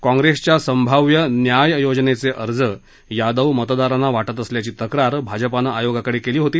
काँग्रेसच्या संभाव्य न्याय योजनेचे अर्ज यादव मतदारांना वाटत असल्याची तक्रार भाजपानं आयोगाकडे केली होती